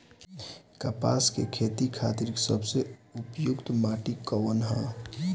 कपास क खेती के खातिर सबसे उपयुक्त माटी कवन ह?